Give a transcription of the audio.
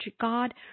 God